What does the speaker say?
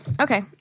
Okay